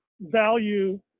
value